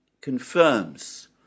confirms